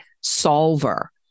solver